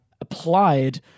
applied